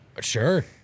Sure